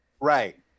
right